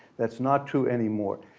that's not true anymore.